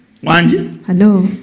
hello